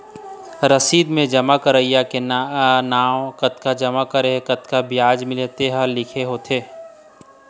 रसीद म जमा करइया के नांव, कतका जमा करे हे, कतका बियाज मिलही तेन ह लिखे होथे